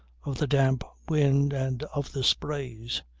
of the damp wind and of the sprays.